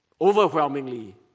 overwhelmingly